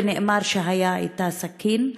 ונאמר שהייתה סכין.